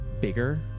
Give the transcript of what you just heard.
bigger